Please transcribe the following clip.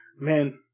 man